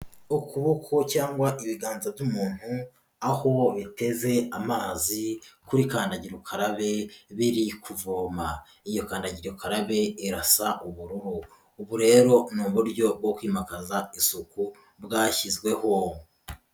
Ukuboko cyangwa ibiganza by'umuntu aho biteze amazi kuri kandagirukarabe biri kuvoma, iyo kandagirukarabe irasa ubururu, ubu rero ni uburyo bwo kwimakaza isuku bwashyizweho.